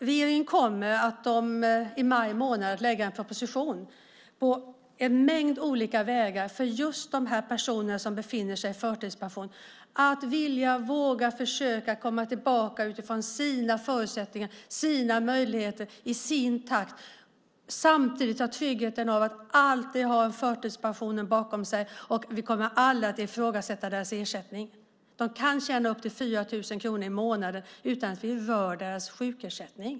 Regeringen kommer i maj att lägga fram en proposition där det kommer att finnas en mängd olika vägar för just de personer som befinner sig i förtidspension att vilja, våga och försöka komma tillbaka utifrån sina förutsättningar och sina möjligheter och i sin takt, och samtidigt ha tryggheten att alltid ha förtidspensionen i botten. Vi kommer aldrig att ifrågasätta deras ersättning. De kan tjäna upp till 4 000 kronor i månaden utan att vi rör deras sjukersättning.